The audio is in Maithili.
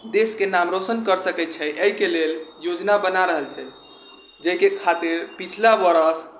देश के नाम रौशन कर सकै छै एहि के लेल योजना बना रहल छै जाहि के खातिर पिछला बरस